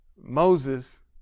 Moses